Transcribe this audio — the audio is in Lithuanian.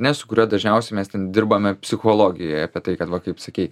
ne su kuriuo dažniausiai mes ten dirbame psichologijoj apie tai kad va kaip sakei